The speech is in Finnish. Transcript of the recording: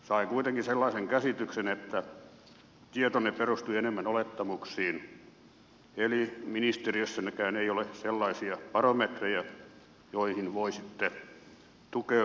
sain kuitenkin sellaisen käsityksen että tietonne perustui enemmän olettamuksiin eli ministeriössännekään ei ole sellaisia barometrejä joihin voisitte tukeutua tai luottaa